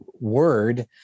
word